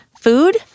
food